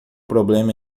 problema